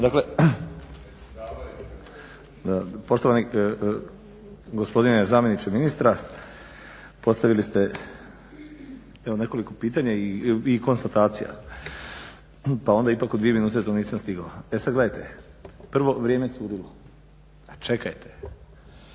Dakle, poštovani gospodine zamjeniče ministra postavili ste evo nekoliko pitanja i konstatacija, pa onda ipak u dvije minute to nisam stigao. E sad gledajte, prvo vrijeme je curilo. Pa čekajte!